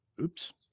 Oops